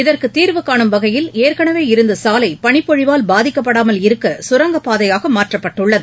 இதற்கு தீர்வு காணும் வகையில் ஏற்கனவே இருந்த சாலை பனிப்பொழிவால் பாதிக்கப்படாமல் இருக்க சுரங்கப்பாதையாக மாற்றப்பட்டுள்ளது